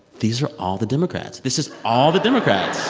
these are all the democrats. this is all the democrats